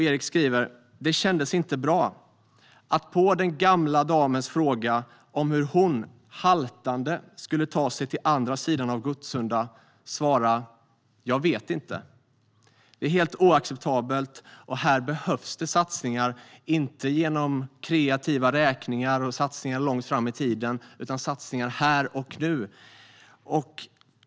Erik skriver: "Det kändes inte bra, att på den gamla damens fråga om hur hon haltande skulle ta sig till andra sidan av Gottsunda svara, jag vet inte." Detta är helt oacceptabelt. Här behövs satsningar - inte genom kreativa räkningar och satsningar långt fram i tiden, utan satsningar här och nu.